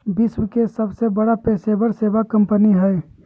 विश्व के सबसे बड़ा पेशेवर सेवा कंपनी हइ